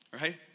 right